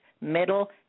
middle